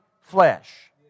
flesh